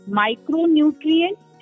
micronutrients